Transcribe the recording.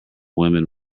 women